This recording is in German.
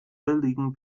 liegen